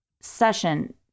session